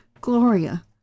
Gloria